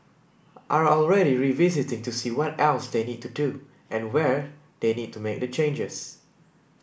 are already revisiting to see what else they need to do and where they need to make the changes